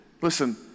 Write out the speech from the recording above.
listen